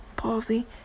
Palsy